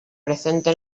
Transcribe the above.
presente